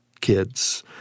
kids